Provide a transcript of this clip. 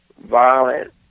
violent